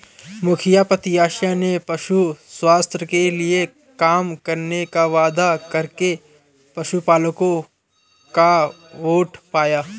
मुखिया प्रत्याशी ने पशु स्वास्थ्य के लिए काम करने का वादा करके पशुपलकों का वोट पाया